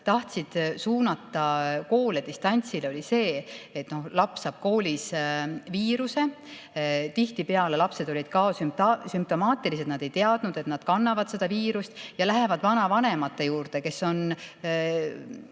tahtsid suunata koole distantsõppele, oli see, et laps saab koolis viiruse, aga tihtipeale on lapsed asümptomaatilised ega tea, et nad kannavad seda viirust, ja lähevad vanavanemate juurde, kes on